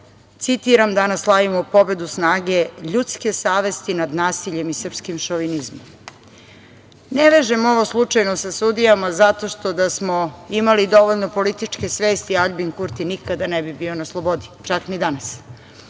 „ Danas slavimo pobedu snage, ljudske savesti nad nasiljem i srpskim šovinizmom“. Ne vežem ovo slučajno sa sudijama, zato što da smo imali dovoljno političke svesti, Aljbin Kurti nikada ne bi bio na slobodi, čak ni danas.U